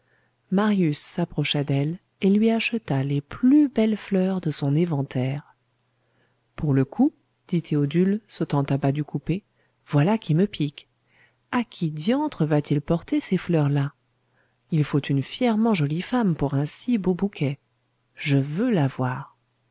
marius s'approcha d'elle et lui acheta les plus belles fleurs de son éventaire pour le coup dit théodule sautant à bas du coupé voilà qui me pique à qui diantre va-t-il porter ces fleurs là il faut une fièrement jolie femme pour un si beau bouquet je veux